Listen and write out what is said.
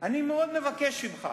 אני מאוד מבקש ממך,